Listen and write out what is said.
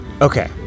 Okay